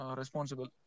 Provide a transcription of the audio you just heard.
responsible